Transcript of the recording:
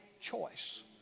choice